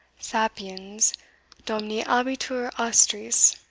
sapiens dominabitur astris.